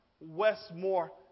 Westmore